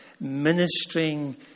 ministering